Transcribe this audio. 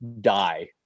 die